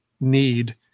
need